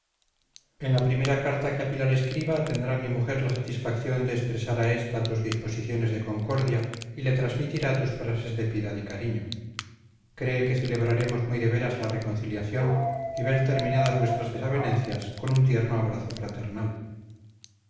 en la primera carta que a pilar escriba tendrá mi mujer la satisfacción de expresar a esta tus disposiciones de concordia y le transmitirá tus frases de piedad y cariño cree que celebraremos muy de veras la reconciliación y ver terminadas vuestras desavenencias con un tierno abrazo fraternal